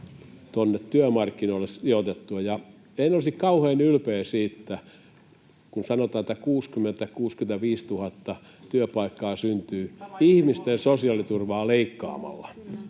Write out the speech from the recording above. työmarkkinoille sijoitettua. En olisi kauhean ylpeä siitä, kun sanotaan, että 60 000—65 000 työpaikkaa syntyy ihmisten sosiaaliturvaa leikkaamalla.